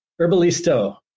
Herbalisto